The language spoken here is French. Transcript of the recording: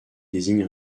désigne